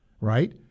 right